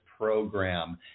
program